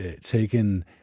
taken